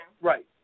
Right